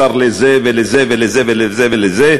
השר לזה ולזה ולזה ולזה ולזה,